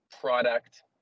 product